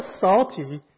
salty